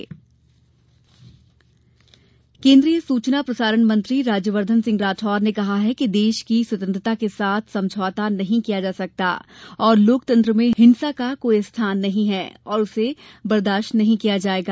मनोरमा राठोर केन्द्रीय सूचना प्रसारण मंत्री राज्यवर्धन राठोर ने कहा है कि देश की स्वतन्त्रता के साथ समझोता नहीं किया जा सकता और लोकतंत्र में हिंसा का कोई स्थान नहीं है ओर उसे बर्दास्त नहीं किया जायेगा